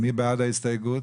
מי בעד ההסתייגות?